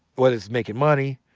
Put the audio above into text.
whether it's making money,